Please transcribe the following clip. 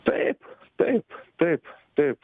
taip taip taip taip